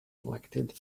elected